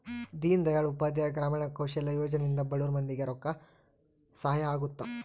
ದೀನ್ ದಯಾಳ್ ಉಪಾಧ್ಯಾಯ ಗ್ರಾಮೀಣ ಕೌಶಲ್ಯ ಯೋಜನೆ ಇಂದ ಬಡುರ್ ಮಂದಿ ಗೆ ರೊಕ್ಕ ಸಹಾಯ ಅಗುತ್ತ